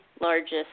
largest